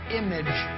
image